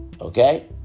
Okay